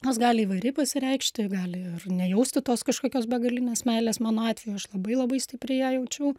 nors gali įvairiai pasireikšti gali ir nejausti tos kažkokios begalinės meilės mano atveju aš labai labai stipriai ją jaučiau